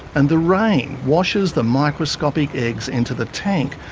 and the rain washes the microscopic eggs into the tank,